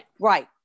Right